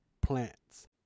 plants